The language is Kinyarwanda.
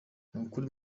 nukuri